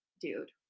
dude